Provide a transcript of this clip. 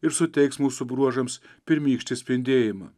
ir suteiks mūsų bruožams pirmykštį spindėjimą